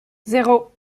zéro